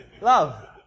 Love